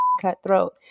cutthroat